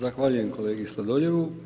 Zahvaljujem kolegi Sladoljevu.